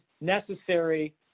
necessary